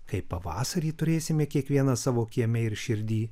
kai pavasarį turėsime kiekvienas savo kieme ir širdy